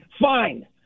fine